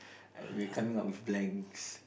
we coming up with blanks